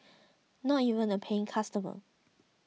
not even a paying customer